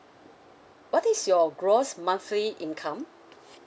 what is your gross monthly income